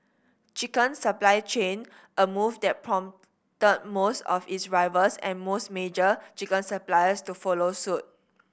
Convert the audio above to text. chicken supply chain a move there prompted most of its rivals and most major chicken suppliers to follow suit